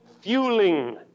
fueling